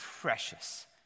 precious